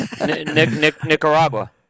Nicaragua